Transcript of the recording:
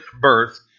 birth